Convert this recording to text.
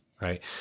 right